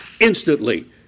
instantly